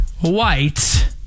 white